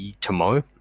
tomorrow